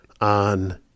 on